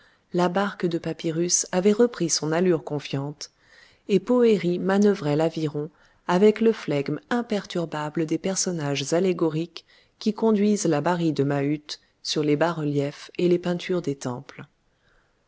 la barque de papyrus avait repris son allure confiante et poëri manœuvrait l'aviron avec le flegme imperturbable des personnes allégoriques qui conduisent la bari de maüt sur les bas-reliefs et les peintures des temples